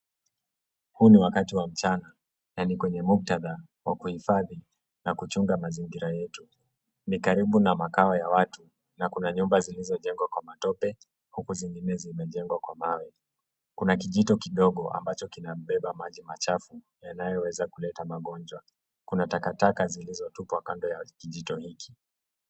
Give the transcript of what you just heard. Huu ni wakati wa mchana na ni kwenye muktadha ya kuhifadhi na kuchunga mazingira yetu. Ni karibu na makao ya watu na kuna nyumba zilizo jengwa kwa matope huku zingine zimejengwa kwa mawe. Kuna kijito kidogo ambacho kinabeba maji machafu yanayoweza kuleta magonjwa. Kuna takataka zilizo tupwa kando ya kijito hiki.